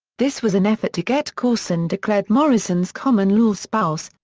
this was an effort to get courson declared morrison's common-law spouse,